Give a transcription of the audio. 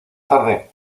tarde